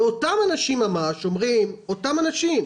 אבל אותם אנשים ממש אומרים שאנחנו